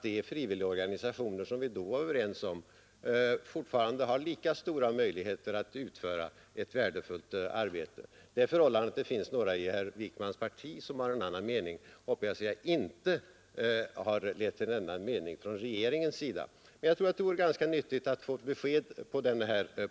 Då var vi ju överens om att frivilligorganisationerna har stora möjligheter att utföra ett värdefullt arbete. Det förhållandet att det finns några medlemmar i herr Wickmans parti som har en annan mening hoppas jag inte har lett till ändrad mening från regeringens sida, men jag tror att det vore nyttigt att få ett besked på den punkten.